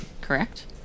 correct